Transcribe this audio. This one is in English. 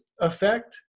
effect